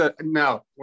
No